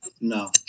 No